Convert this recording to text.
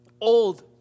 old